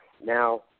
Now